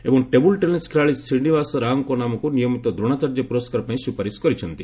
ଏବଂ table tennis ଖେଳାଳି ଶ୍ରୀନିବାସ ରାଓଙ୍କ ନାମକୁ ନିୟମିତ ଦ୍ରୋଣାଚାର୍ଯ୍ୟ ପୁରସ୍କାର ପାଇଁ ସୁପାରିଶ କରିଛନ୍ତି